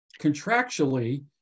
contractually